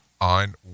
on